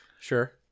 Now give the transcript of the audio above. Sure